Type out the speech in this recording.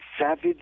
Savage